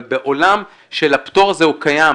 אבל בעולם של הפטור הזה הוא קיים,